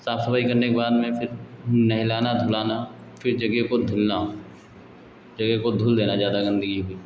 साफ़ सफ़ाई करने के बाद में फिर नहलाना धुलाना फिर जगह पर धुलना जगह को धुल देना ज़्यादा गन्दगी हो